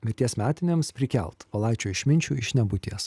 vilties metinėms prikelt valaičio išminčių iš nebūties